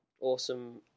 awesome